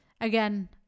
Again